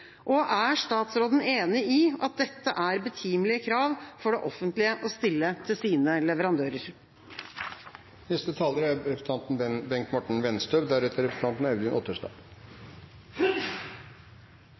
Er statsråden enig i at dette er betimelige krav for det offentlige å stille til sine leverandører? Det ligger i den norske folkesjelen å ønske seg ordnede arbeidsforhold. Derfor er